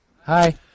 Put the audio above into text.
Hi